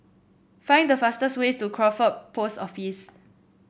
find the fastest way to Crawford Post Office